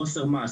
חוסר מעש,